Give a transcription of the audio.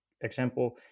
example